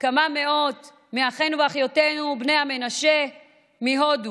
כמה מאות מאחינו ואחיותינו בני המנשה מהודו.